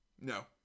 No